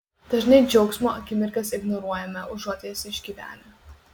dažnai džiaugsmo akimirkas ignoruojame užuot jas išgyvenę